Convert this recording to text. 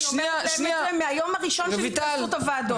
אני אומרת להם את זה מהיום הראשון של התכנסות הוועדות.